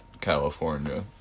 California